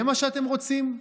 זה מה שאתם רוצים,